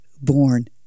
born